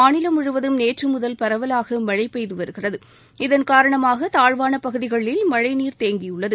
மாநிலம் முழுவதும் நேற்று முதல் பரவலாக மழை பெய்து வருகிறது இதன்காரணமாக தாழ்வான பகுதிகளில் மழை நீர் தேங்கியுள்ளது